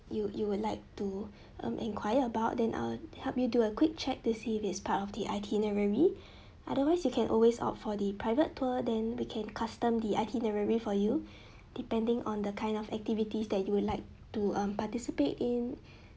you you would like to um enquire about then I'll help you do a quick check to see if it's part of the itinerary otherwise you can always opt for the private tour then we can custom the itinerary for you depending on the kind of activities that you would like to um participate in